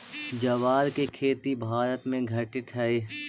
ज्वार के खेती भारत में घटित हइ